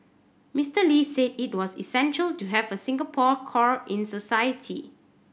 Mister Lee said it was essential to have a Singapore core in society